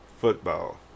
football